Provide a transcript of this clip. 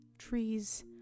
Trees